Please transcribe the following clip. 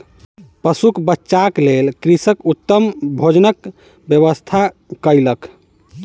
पशुक बच्चाक लेल कृषक उत्तम भोजनक व्यवस्था कयलक